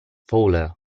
fuller